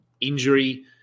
injury